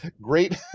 great